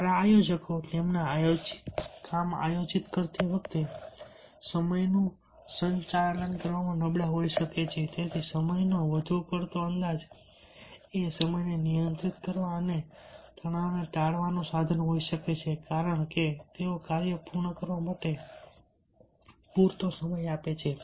સારા આયોજકો તેમના આયોજિત કાર્ય કરતી વખતે સમયનું સંચાલન કરવામાં નબળા હોઈ શકે છે તેથી સમયનો વધુ પડતો અંદાજ એ સમયને નિયંત્રિત કરવા અને તણાવને ટાળવાનું સાધન હોઈ શકે છે કારણ કે તેઓ કાર્ય પૂર્ણ કરવા માટે પૂરતો સમય આપે છે